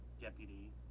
deputy